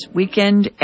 weekend